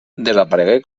desaparegué